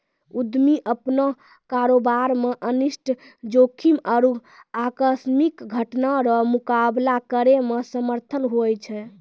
उद्यमी अपनो कारोबार मे अनिष्ट जोखिम आरु आकस्मिक घटना रो मुकाबला करै मे समर्थ हुवै छै